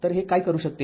तर हे काय करू शकते